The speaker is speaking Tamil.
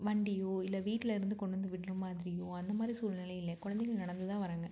வண்டியோ இல்லை வீட்டிலேருந்து கொண்டு வந்து விடுற மாதிரியோ அந்த மாதிரி சூழ்நிலை இல்லை கொழந்தைகள் நடந்து தான் வர்றாங்க